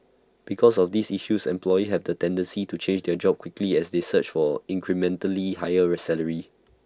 because of these issues employee had A tendency to change job quickly as they search for incrementally higher salaries